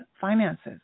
finances